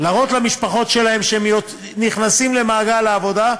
להראות למשפחות שלהם שהם נכנסים למעגל העבודה,